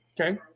Okay